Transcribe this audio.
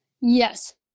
Yes